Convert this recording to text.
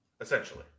Essentially